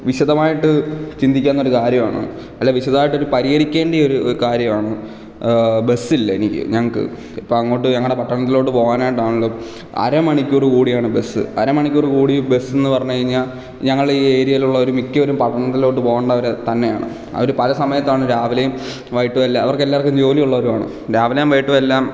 വിശദമായിട്ട് ചിന്തിക്കാവുന്ന കാര്യമാണ് അല്ല വിശദമായിട്ട് പരിഹരിക്കേണ്ട ഒരു കാര്യമാണ് ബസ്സില്ല എനിക്ക് ഞങ്ങൾക്ക് ഇപ്പോൾ അങ്ങോട്ട് ഞങ്ങളുടെ പട്ടണത്തിലോട്ട് പോകാനായിട്ടാണെങ്കിലും അരമണിക്കൂർ കൂടിയാണ് ബസ് അരമണിക്കൂർ കൂടി ബസ്സെന്ന് പറഞ്ഞു കഴിഞ്ഞാൽ ഞങ്ങൾ ഈ ഏരിയയിലുള്ള മിക്കവരും പട്ടണത്തിലോട്ട് പോകേണ്ടവർ തന്നെയാണ് അവർ പല സമയത്താണ് രാവിലെയും വൈകീട്ടും എല്ലാം അവർക്കെല്ലാവർക്കും ജോലി ഉള്ളവരുമാണ് രാവിലെയും വൈകീട്ടും എല്ലാം